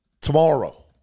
tomorrow